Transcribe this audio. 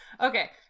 Okay